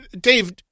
Dave